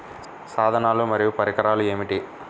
సాధనాలు మరియు పరికరాలు ఏమిటీ?